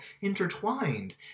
intertwined